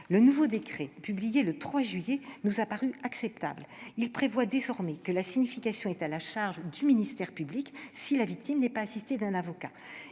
Le nouveau décret, publié le 3 juillet, nous a paru acceptable. Il prévoit désormais que la signification est à la charge du ministère public si la victime n'est pas assistée par un avocat.